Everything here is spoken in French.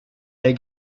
les